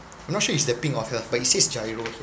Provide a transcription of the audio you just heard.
I'm not sure it's the pink offer but it says GIRO here